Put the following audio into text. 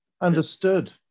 understood